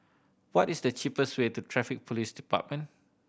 what is the cheapest way to Traffic Police Department